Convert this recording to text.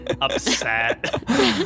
upset